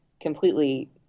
completely